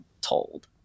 told